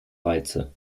reize